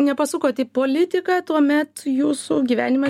nepasukot į politiką tuomet jūsų gyvenime